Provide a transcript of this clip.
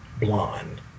blonde